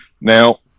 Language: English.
Now